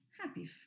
Happy